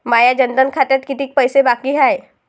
माया जनधन खात्यात कितीक पैसे बाकी हाय?